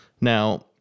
Now